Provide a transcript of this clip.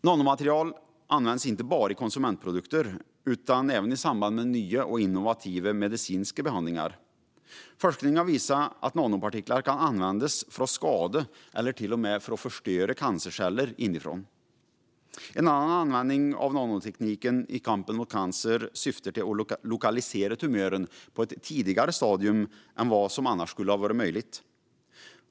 Nanomaterial används inte bara i konsumentprodukter utan även i samband med nya och innovativa medicinska behandlingar. Forskning har visat att nanopartiklar kan användas för att skada eller till och med förstöra cancerceller inifrån. En annan användning av nanoteknik i kampen mot cancer syftar till att lokalisera tumören på ett tidigare stadium än annars skulle ha varit möjligt.